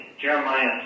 Jeremiah